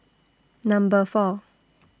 Number four